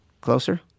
Closer